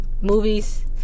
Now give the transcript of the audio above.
movies